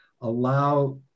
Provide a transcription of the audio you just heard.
allow